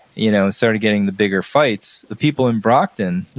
you know started getting the bigger fights, the people in brockton,